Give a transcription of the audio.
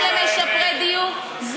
גם למשפרי דיור.